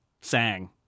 sang